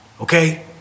okay